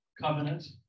covenant